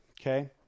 okay